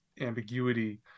ambiguity